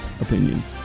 opinions